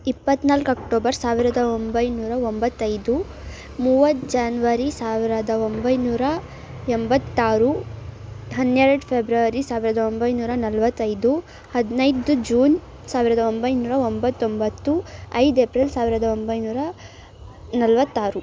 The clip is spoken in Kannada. ಇಪ್ಪತ್ತನಾಲ್ಕು ಅಕ್ಟೋಬರ್ ಸಾವಿರದ ಒಂಬೈನೂರ ತೊಂಬತ್ತೈದು ಮೂವತ್ತು ಜಾನ್ವರಿ ಸಾವಿರದ ಒಂಬೈನೂರ ಎಂಬತ್ತಾರು ಹನ್ನೆರಡು ಫೆಬ್ರವರಿ ಸಾವಿರದ ಒಂಬೈನೂರ ನಲವತ್ತೈದು ಹದಿನೈದು ಜೂನ್ ಸಾವಿರದ ಒಂಬೈನೂರ ತೊಂಬತ್ತೊಂಬತ್ತು ಐದು ಏಪ್ರಿಲ್ ಸಾವಿರದ ಒಂಬೈನೂರ ನಲವತ್ತಾರು